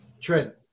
Trent